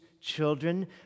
children